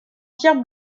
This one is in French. pierre